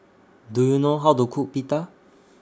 Do YOU know How to Cook Pita